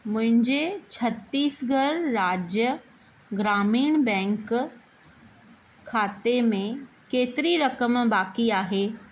मुंहिंजे छत्तीसगढ़ राज्य ग्रामीण बैंक खाते में केतिरी रक़म बाक़ी आहे